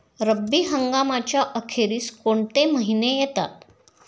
रब्बी हंगामाच्या अखेरीस कोणते महिने येतात?